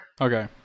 Okay